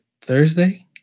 Thursday